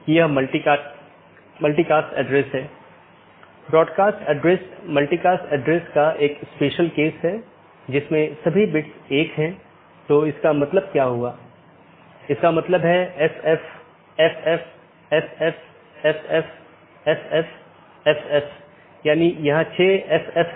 और BGP protocol के तहत एक BGP डिवाइस R6 को EBGP के माध्यम से BGP R1 से जुड़ा हुआ है वहीँ BGP R3 को BGP अपडेट किया गया है और ऐसा ही और आगे भी है